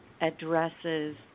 addresses